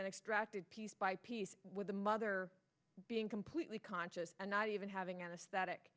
and extracted piece by piece with the mother being completely conscious and not even having anaesthetic